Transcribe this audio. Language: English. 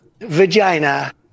Vagina